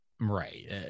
Right